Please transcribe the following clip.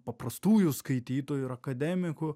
paprastųjų skaitytojų ir akademikų